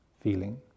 feeling